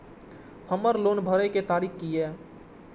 हमर लोन भरए के तारीख की ये?